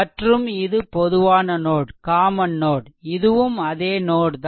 மற்றும் இது பொதுவான நோட் இதுவும் அதே நோட் தான்